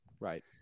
Right